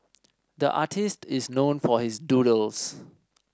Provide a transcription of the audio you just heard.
the artist is known for his doodles